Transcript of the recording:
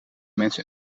mensen